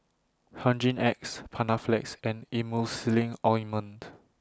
Hygin X Panaflex and Emulsying Ointment